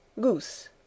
Goose